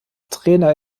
trainer